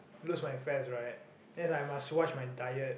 lose my fats right then is like I must watch my diet